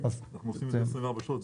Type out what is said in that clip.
אנחנו עושים את זה ב-24 שעות,